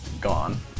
gone